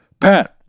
Pat